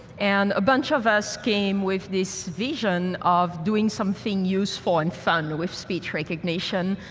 and a bunch of us came with this vision of doing something useful and fun with speech recognition.